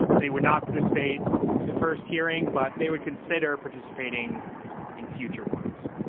they would not participate in the first hearing, but they would consider participating in future ones